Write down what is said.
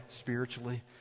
spiritually